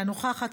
אינה נוכחת,